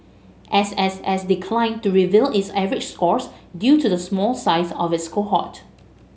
S S S declined to reveal its average scores due to the small size of its cohort